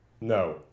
No